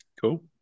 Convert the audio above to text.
Cool